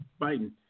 Biden